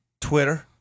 Twitter